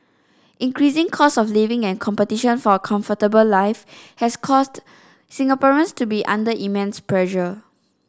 increasing cost of living and competition for a comfortable life have caused Singaporeans to be under immense pressure